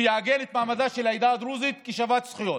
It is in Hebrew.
שיעגן את מעמדה של העדה הדרוזית כשוות זכויות.